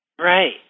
Right